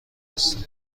هستم